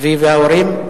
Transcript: צבי וההורים,